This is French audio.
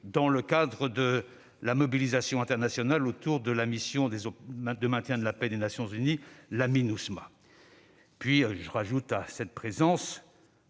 dans le cadre de la mobilisation internationale autour de la mission de maintien de la paix des Nations unies, la Minusma. J'ajoute que, année